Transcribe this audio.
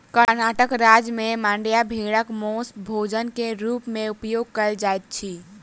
कर्णाटक राज्य में मांड्या भेड़क मौस भोजन के रूप में उपयोग कयल जाइत अछि